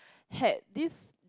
had this